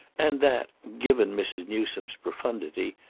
and that, given mrs. newsome's profundity,